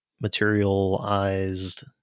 materialized